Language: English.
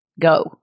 go